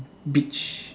beige